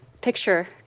picture